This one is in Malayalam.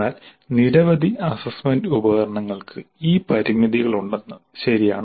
എന്നാൽ നിരവധി അസ്സസ്സ്മെന്റ് ഉപകരണങ്ങൾക്ക് ഈ പരിമിതികളുണ്ടെന്നത് ശരിയാണ്